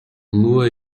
lua